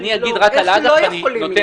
אני לא מבינה איך לא יכולים להיות.